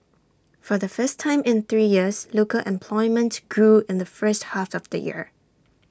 for the first time in three years local employment grew in the first half of the year